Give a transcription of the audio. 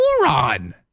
moron